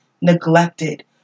neglected